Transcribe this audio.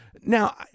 Now